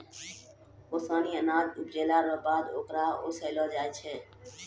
ओसानी अनाज उपजैला रो बाद होकरा ओसैलो जाय छै